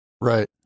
right